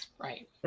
Right